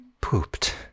pooped